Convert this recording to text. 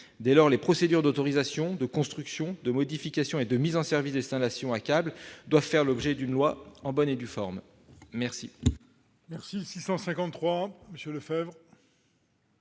Dès lors, les procédures d'autorisation, de construction, de modification et de mise en service d'installations à câbles doivent faire l'objet d'une loi en bonne et due forme. La